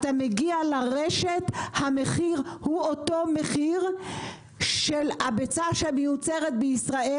אתה מגיע לרשת המחיר הוא אותו מחיר של הביצה שמיוצרת בישראל